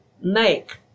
make